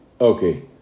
Okay